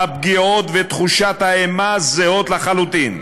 הפגיעות ותחושת האימה זהות לחלוטין.